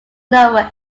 known